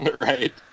Right